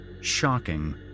Shocking